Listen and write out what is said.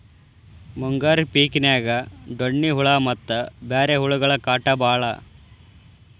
ಮುಂಗಾರಿ ಪಿಕಿನ್ಯಾಗ ಡೋಣ್ಣಿ ಹುಳಾ ಮತ್ತ ಬ್ಯಾರೆ ಹುಳಗಳ ಕಾಟ ಬಾಳ